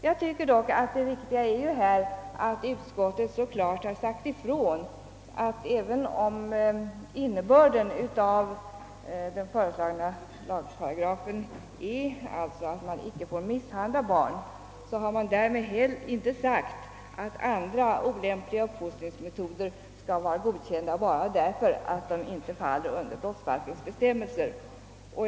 Jag tycker dock att det riktiga är att — som utskottet gjort — klart säga ifrån att, även om innebörden i den föreslagna lagparagrafen är att barn inte får misshandlas, så har inte därmed gjorts gällande att andra olämpliga uppfostringsmetoder skall vara godkända bara därför att de inte faller under brottsbalkens bestämmelser.